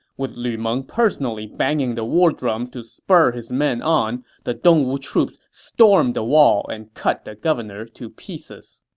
with lu meng personally banging the war drums to spur his men on, the dongwu troops stormed the wall and cut the governor to pieces.